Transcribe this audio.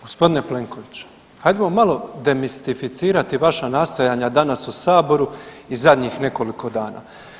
Gospodine Plenković, hajdemo malo demistificirati vaša nastojanja danas u Saboru i zadnjih nekoliko dana.